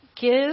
Give